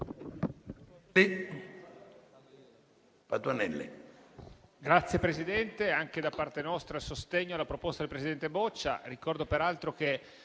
Signor Presidente, esprimo da parte nostra il sostegno alla proposta del presidente Boccia. Ricordo, peraltro, che